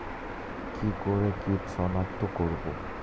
কি করে কিট শনাক্ত করব?